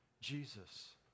Jesus